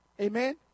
Amen